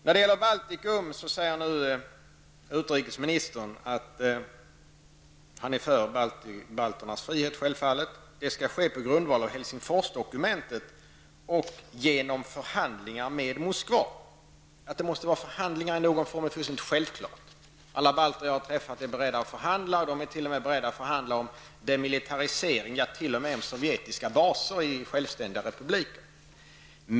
När det gäller Baltikum säger nu utrikesministern självfallet att han är för att balterna får sin frihet. Det skall ske på grundval av Helsingforsdokumentet och genom förhandlingar med Moskva. Att det måste vara förhandlingar i någon form är fullständigt självklart. Alla balter jag har träffat är beredda att förhandla. De är t.o.m. beredda att förhandla om demilitärisering, ja, t.o.m. om sovjetiska baser i självständiga republiker.